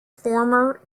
former